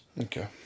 Okay